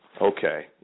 okay